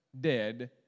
dead